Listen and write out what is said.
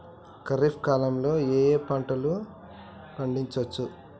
ఖరీఫ్ కాలంలో ఏ ఏ పంటలు పండించచ్చు?